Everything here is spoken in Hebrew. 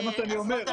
זה מה שאני אומר.